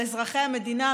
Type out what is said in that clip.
על אזרחי המדינה,